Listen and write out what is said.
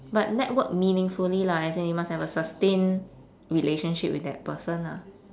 but network meaningfully lah as in you as in you must have a sustained relationship with that person lah